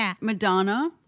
Madonna